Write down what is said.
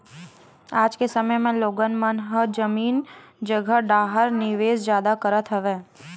आज के समे म लोगन मन ह जमीन जघा डाहर निवेस जादा करत हवय